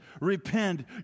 repent